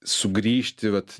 sugrįžti vat